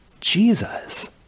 Jesus